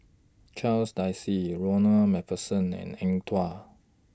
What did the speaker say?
Charles Dyce Ronald MacPherson and Eng Tow